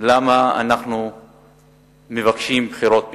למה אנחנו מבקשים בחירות בירכא.